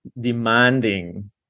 demanding